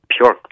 pure